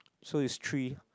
so is three